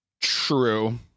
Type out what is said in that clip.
True